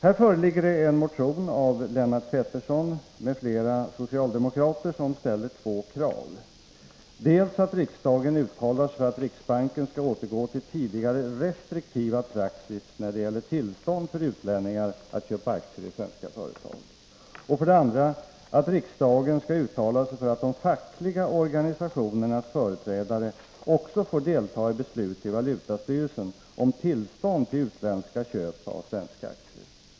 Här föreligger en motion av Lennart Pettersson m.fl. socialdemokrater, som ställer två krav, nämligen dels att riksdagen uttalar sig för att riksbanken skall återgå till tidigare restriktiva praxis när det gäller tillstånd för utlänningar att köpa aktier i svenska företag, dels att riksdagen uttalar sig för att de fackliga organisationernas företrädare också får delta i beslut i valutastyrelsen om tillstånd till utländska köp av svenska aktier.